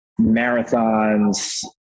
marathons